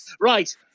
Right